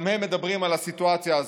גם הם מדברים על הסיטואציה הזאת,